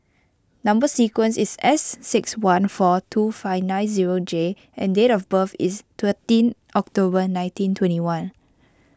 Number Sequence is S six one four two five nine zero J and date of birth is thirteen October nineteen twenty one